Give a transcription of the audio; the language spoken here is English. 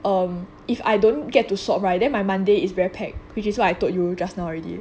um if I don't get to swap [right] then my monday is very pack which is what I told you just now already